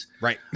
Right